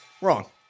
Wrong